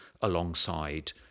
alongside